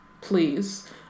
please